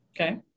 Okay